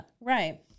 Right